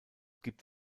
gibt